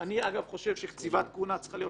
אני חושב שקציבת כהונה צריכה להיות